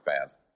fans